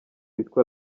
witwa